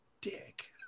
Dick